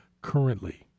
currently